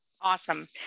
Awesome